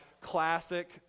classic